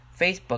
Facebook